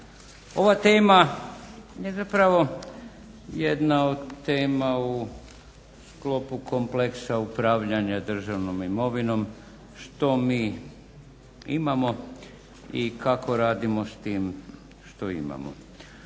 Ova tema je zapravo jedna od tema u sklopu kompleksa upravljanja državnom imovinom što mi imamo i kako radimo s tim što imamo.